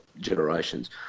generations